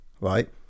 right